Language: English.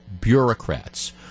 bureaucrats